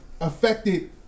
affected